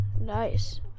Nice